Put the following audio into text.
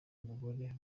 mugore